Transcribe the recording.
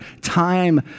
time